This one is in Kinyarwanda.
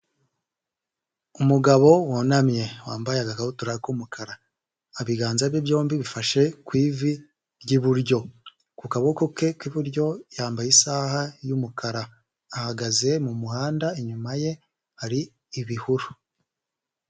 Umugabo wunamye wambaye agakabutura k'umukara ibiganza bye byombi bifashe ku ivi ry'iburyo ku kaboko ke k'iburyo yambaye isaha y'umukara ahagaze mu muhanda inyuma ye hari ibihuru.